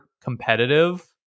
competitive